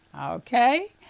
Okay